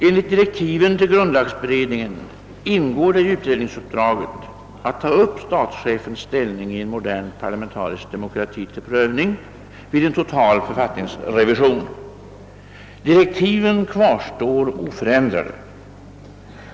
Enligt direktiven till grundlagberedningen ingår det i utredningsuppdraget att ta upp statschefens ställning i en modern parlamentarisk demokrati till prövning vid en total författningsrevision. Direktiven kvarstår oförändrade.